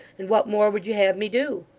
and what more would you have me do?